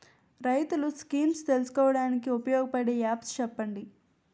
రైతులు స్కీమ్స్ తెలుసుకోవడానికి ఉపయోగపడే యాప్స్ చెప్పండి?